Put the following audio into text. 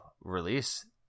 release